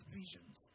visions